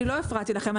אני לא הפרעתי לכם.